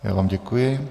Já vám děkuji.